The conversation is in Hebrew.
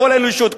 כל האנושות,